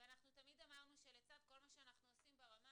ואנחנו תמיד אמרנו שלצד כל מה שאנחנו עושים ברמה